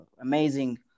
amazing